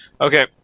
Okay